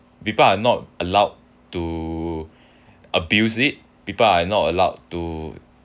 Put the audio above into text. people are not allowed to abuse it people are not allowed to